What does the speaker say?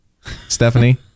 Stephanie